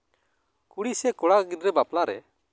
ᱠᱩᱲᱤ ᱥᱮ ᱠᱚᱲᱟ ᱜᱤᱫᱽᱨᱟᱹ ᱵᱟᱯᱞᱟ ᱨᱮ